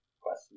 question